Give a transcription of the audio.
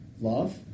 love